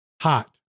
Hot